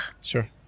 Sure